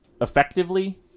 effectively